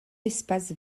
espace